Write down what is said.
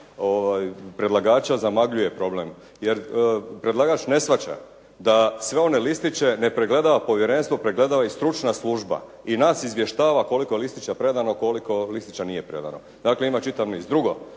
predlagača zamagljuje problem. Jer predlagač ne shvaća da sve one listiće ne pregledava povjerenstvo, pregledava ih stručna služba i nas izvještava koliko je listića predano, koliko listića nije predano, dakle ima čitav niz. Drugo,